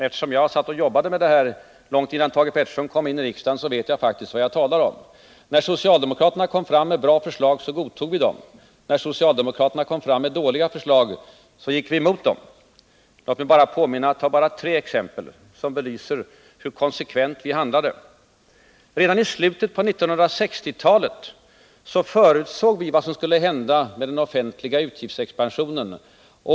Eftersom jag jobbade med detta långt innan Thage Peterson kom in i riksdagen vet jag faktiskt vad jag talar om. När socialdemokraterna kom fram med bra förslag godtog vi dem. När socialdemokraterna kom fram med dåliga förslag gick vi emot dem. Låt mig ta tre exempel som belyser hur konsekvent vi handlade. För det första: Redan i slutet av 1960-talet förutsåg vi vad som skulle hända med den offentliga utgiftsexpansionen.